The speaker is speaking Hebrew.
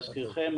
להזכירכם,